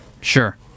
Sure